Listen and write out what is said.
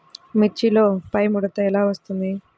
మిర్చిలో పైముడత ఎలా వస్తుంది?